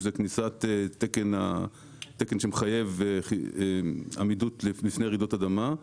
עם כניסת תקן שמחייב עמידות בפני רעידות אדמה.